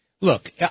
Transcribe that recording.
look